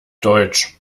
deutsch